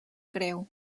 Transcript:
creu